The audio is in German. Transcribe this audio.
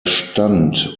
stand